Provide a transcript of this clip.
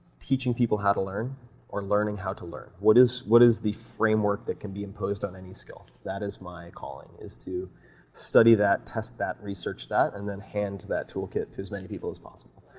teaching people how to learn or learning how to learn. what is what is the framework that can be imposed on any skill? that is my calling is to study that, test that, research that, and then hand that tool kit to as many people as possible,